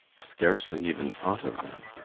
scarcely even thought of them.